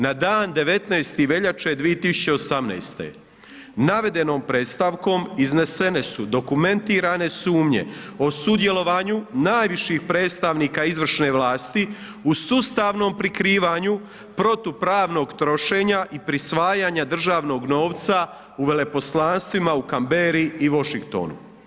Na dan 19. veljače 2018. navedenom predstavkom iznesene su dokumentirane sumnje o sudjelovanju najviših predstavnika izvršne vlasti u sustavnom prikrivanju protupravnog trošenja i prisvajanja državnog novca u veleposlanstvima u Canberri i Washingtonu.